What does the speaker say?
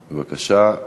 בבקשה.